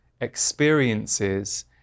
experiences